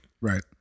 Right